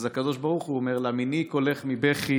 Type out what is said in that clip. אז הקדוש ברוך הוא אומר לה: "מנעי קולך מבכי